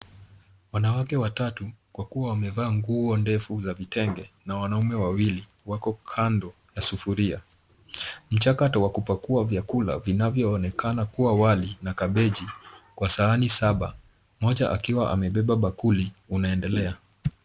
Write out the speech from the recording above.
Wanawake watatu kwa kuwa wamevalia nguo ndefu za vitenge, wanaume wawili, wako kando ya sufuria. Mchakato wa kupakua vyakula vinavyoonekana kuwa wali na kabeji kwa sahani saba mmoja akiwa amebeba bakuli unaendelea.